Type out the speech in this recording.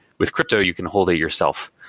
with crypto, you can hold it yourself,